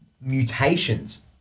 mutations